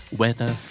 weather